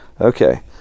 Okay